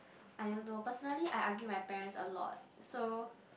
I don't know personally I argue my parents a lot so